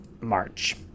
march